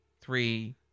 three